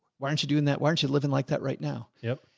why aren't you doing that? why aren't you living like that right now? yep.